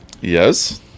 Yes